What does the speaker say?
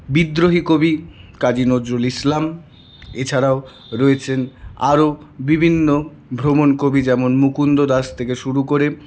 বিদ্রোহী কবি কাজী নজরুল ইসলাম এছাড়াও রয়েছেন আরো বিভিন্ন ভ্রমণ কবি যেমন মুকুন্দ দাস থেকে শুরু করে